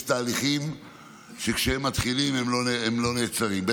תהליכים שכשהם מתחילים הם לא נעצרים,